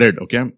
okay